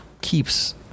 keeps